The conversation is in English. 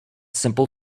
simple